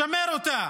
לשמר אותה.